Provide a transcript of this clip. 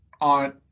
on